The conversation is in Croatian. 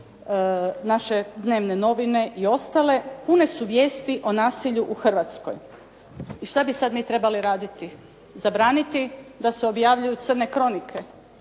naše dnevne novine i ostale pune su vijesti o nasilju u Hrvatskoj. I šta bi mi sad trebali raditi. Zabraniti da se objavljuju crne kronike,